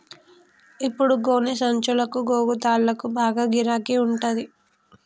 ఇప్పుడు గోనె సంచులకు, గోగు తాళ్లకు బాగా గిరాకి ఉంటంది